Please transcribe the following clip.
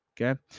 Okay